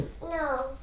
No